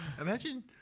Imagine